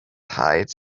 height